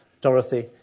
Dorothy